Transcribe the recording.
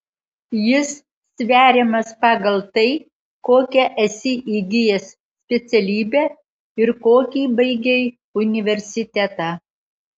jis sveriamas pagal tai kokią esi įgijęs specialybę ir kokį baigei universitetą